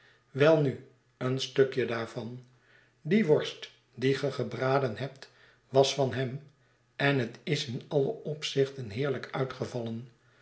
welnu een stukje daarvan die worst die ge gebraden hebt was van hem en het is in alle opzichten heerlijk uitgevallen